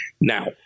Now